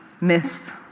missed